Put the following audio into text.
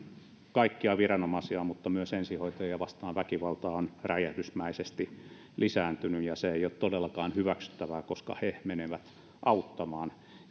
kaikkia viranomaisia mutta myös ensihoitajia vastaan on räjähdysmäisesti lisääntynyt ja se ei ole todellakaan hyväksyttävää koska he menevät auttamaan